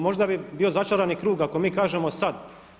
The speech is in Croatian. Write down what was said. Možda bi bio začarani krug ako mi kažemo sad.